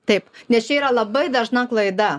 taip nes čia yra labai dažna klaida